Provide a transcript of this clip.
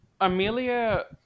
Amelia